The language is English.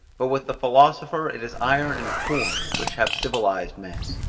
but with the philosopher it is iron and corn, which have civilized men,